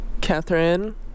Catherine